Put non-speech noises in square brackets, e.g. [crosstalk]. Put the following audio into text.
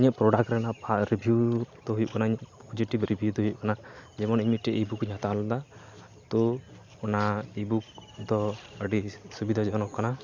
ᱤᱧᱟ ᱜ ᱯᱨᱚᱰᱟᱠᱴ ᱨᱮᱱᱟᱜ [unintelligible] ᱨᱤᱵᱷᱤᱣ ᱫᱚ ᱦᱩᱭᱩᱜ ᱠᱟᱱᱟ ᱯᱚᱡᱤᱴᱤᱵᱽ ᱨᱤᱵᱷᱤᱣ ᱫᱚ ᱦᱩᱭᱩᱜ ᱠᱟᱱᱟ ᱡᱮᱢᱚᱱ ᱤᱧᱟᱹᱜ ᱢᱤᱫᱴᱮᱡ ᱤᱼᱵᱩᱠᱤᱧ ᱦᱟᱛᱟᱣ ᱞᱮᱫᱟ ᱛᱚ ᱚᱱᱟ ᱤᱼᱵᱩᱠ ᱫᱚ ᱟᱹᱰᱤ ᱥᱩᱵᱤᱫᱟ ᱡᱚᱱᱚᱠ ᱠᱟᱱᱟ